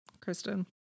Kristen